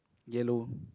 yellow